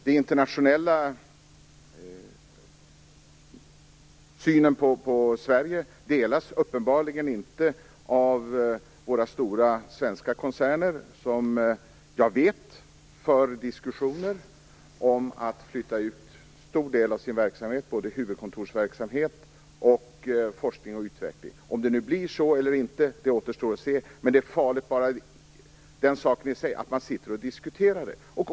Den internationella synen på Sverige delas uppenbarligen inte av våra stora svenska koncerner, som jag vet för diskussioner om att flytta ut en stor del av sin verksamhet, såväl huvudkontorsverksamhet som forskning och utveckling. Om det blir så eller inte återstår att se, men det är farligt bara att man diskuterar det.